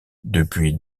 depuis